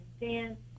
dance